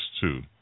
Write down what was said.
two